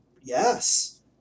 Yes